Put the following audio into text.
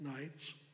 nights